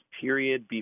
period